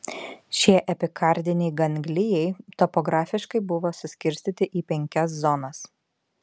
šie epikardiniai ganglijai topografiškai buvo suskirstyti į penkias zonas